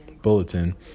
Bulletin